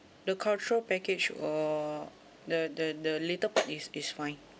the cultural package or the the the little is is fine